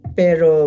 pero